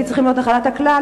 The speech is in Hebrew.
שלדעתי צריכים להיות נחלת הכלל,